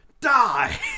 Die